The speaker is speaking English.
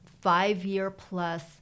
five-year-plus